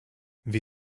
wir